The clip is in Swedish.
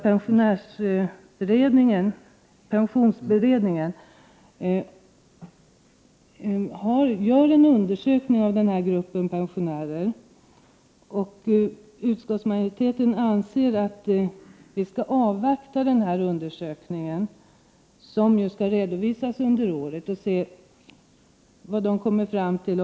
Pensionsberedningen undersöker för närvarande den här gruppen pensionärer. Utskottsmajoriteten anser därför att vi bör avvakta resultatet av den undersökningen, vilket skall redovisas detta år. Man vill alltså först ta del av det som beredningen kommer fram till.